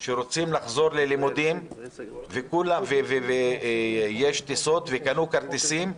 שרוצים לחזור ללימודים וכבר קנו כרטיסים.